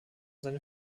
seine